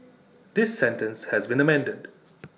this sentence has been amended